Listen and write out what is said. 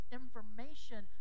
information